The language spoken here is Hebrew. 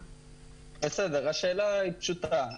השאלה היא פשוטה.